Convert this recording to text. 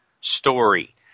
story